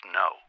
no